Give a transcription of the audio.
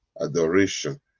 adoration